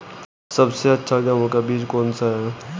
सबसे अच्छा गेहूँ का बीज कौन सा है?